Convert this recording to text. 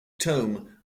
tone